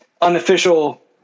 unofficial